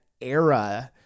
era